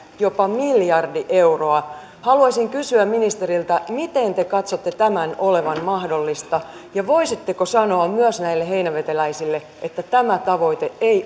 jopa miljardi euroa haluaisin kysyä ministeriltä miten te katsotte tämän olevan mahdollista ja voisitteko sanoa myös näille heinäveteläisille että tämä tavoite ei